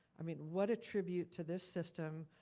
i mean, what attribute to this system,